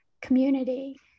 community